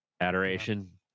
adoration